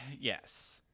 Yes